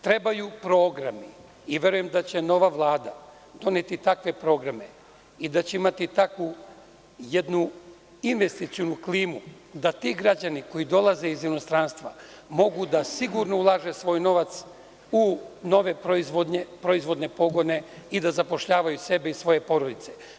Trebaju programi i verujem da će nova Vlada doneti takve programe i da će imati takvu jednu investicionu klimu da ti građani koji dolaze iz inostranstva mogu da sigurno ulažu svoj novac u nove proizvodne pogone i da zapošljavaju sebe i svoje porodice.